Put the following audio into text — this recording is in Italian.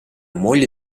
moglie